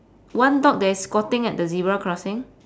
one dog that is squatting at the zebra crossing